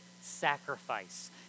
sacrifice